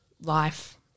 Life